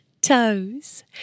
toes